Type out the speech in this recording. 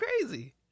crazy